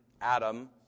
Adam